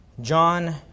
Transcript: John